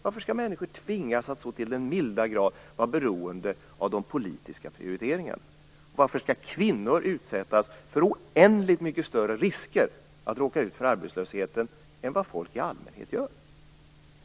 Varför skall människor tvingas att så till den milda grad vara beroende av de politiska prioriteringarna? Varför skall kvinnor utsättas för oändligt mycket större risker att råka ut för arbetslöshet än folk i allmänhet?